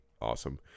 awesome